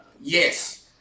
Yes